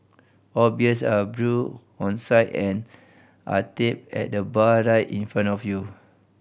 all beers are brewed on site and are tapped at the bar right in front of you